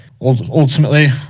Ultimately